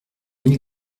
mille